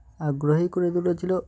আগ্রহী করে তুলেছিলো